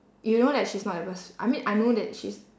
you know that she's not the first I mean I know that she's